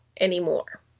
anymore